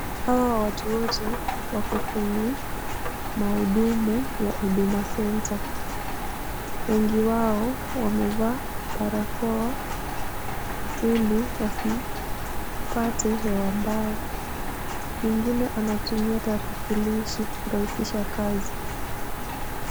Hawa watu wote wako kwenye mahudumu ya Huduma Center. Wengi wao wamevaa barakoa ili wasipate hewa mbaya. Mwingine anatumia tarakilishi kurahisisha kazi.